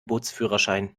bootsführerschein